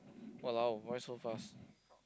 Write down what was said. !walao! why so fast